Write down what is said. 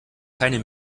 keine